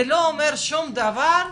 זה לא אומר שום דבר,